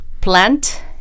plant